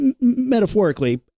metaphorically